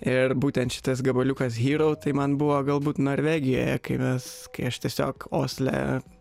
ir būtent šitas gabaliukas hero tai man buvo galbūt norvegijoje kai mes kai aš tiesiog osle